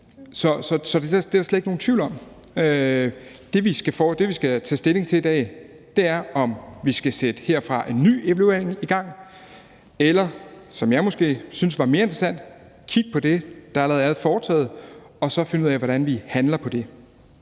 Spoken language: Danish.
Så det er der slet ikke nogen tvivl om. Det, vi skal tage stilling til i dag, er, om vi skal sætte en ny evaluering i gang herfra eller, som jeg måske synes er mere interessant, kigge på det, der allerede er foretaget, og finde ud af, hvordan vi handler på det.